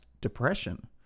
depression